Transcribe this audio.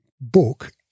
book